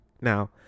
Now